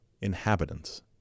inhabitants